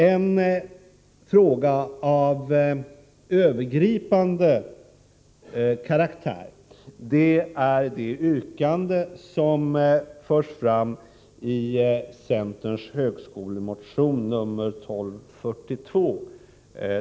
En fråga av övergripande karaktär är det yrkande som förs fram i centerns högskolemotion nr 1242.